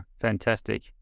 fantastic